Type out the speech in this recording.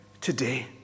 today